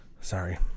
Sorry